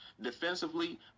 defensively